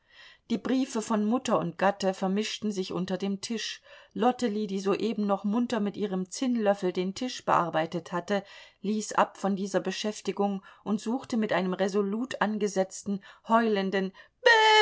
die briefe von mutter und gatte vermischten sich unter dem tisch lottely die soeben noch munter mit ihrem zinnlöffel den tisch bearbeitet hatte ließ ab von dieser beschäftigung und suchte mit einem resolut angesetzten heulenden